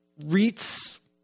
REITs